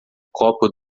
copo